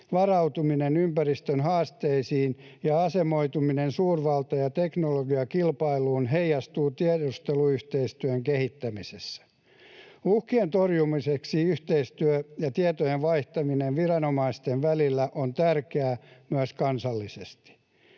varautuminen ympäristön haasteisiin ja asemoituminen suurvalta- ja teknologiakilpailuun heijastuu tiedusteluyhteistyön kehittämisessä. Uhkien torjumiseksi yhteistyö ja tietojen vaihtaminen viranomaisten välillä on tärkeää myös kansallisesti.